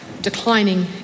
declining